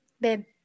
babe